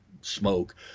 smoke